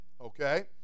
okay